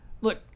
Look